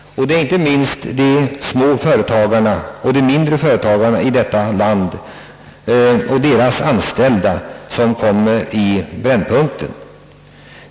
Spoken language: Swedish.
Det är inte minst de mindre företagarna i vårt land och deras anställda som kommer i svårigheter.